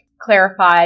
clarify